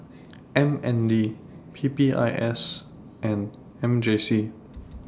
M N D P P I S and M J C